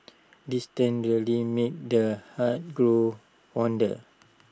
distance really made the heart grow fonder